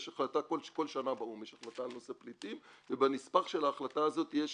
יש החלטה כל שנה באו"ם על נושא של פליטים ובנספח של ההחלטה הזאת גם יש